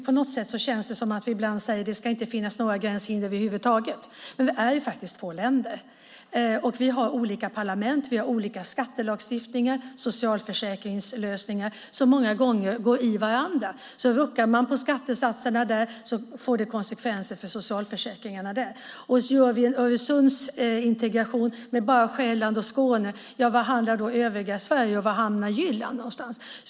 På något sätt känns det som att vi ibland säger att det inte ska finnas några gränshinder över huvud taget. Men vi är faktiskt två länder. Vi har olika parlament, skattelagstiftningar och socialförsäkringslösningar som många gånger går i varandra. Ruckar vi på skattesatserna där får det konsekvenser för socialförsäkringarna där. Gör vi en Öresundsintegration med bara Själland och Skåne, var hamnar då övriga Sverige och var hamnar Jylland?